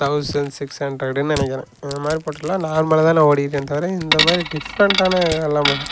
thousand six ஹண்ட்ரடுன்னு நினைக்கிறேன் இந்த மாதிரி போட்டியெல்லாம் நார்மலாகதான் நான் ஓடிக்கிட்டிருந்தேன் தவிர இந்த மாதிரி டிஃப்ரன்ட்டான எல்லாம் நான்